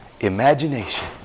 imagination